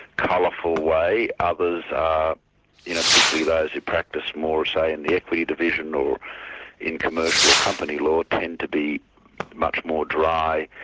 colourful way, others are, particularly those who practiced more, say in the equity division or in commercial or company law, tend to be much more dry,